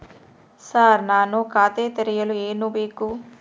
Sir ನಾನು ಖಾತೆ ತೆರೆಯಲು ಏನು ಬೇಕು?